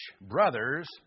brothers